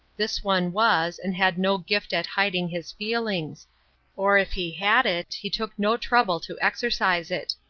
this one was, and had no gift at hiding his feelings or if he had it he took no trouble to exercise it.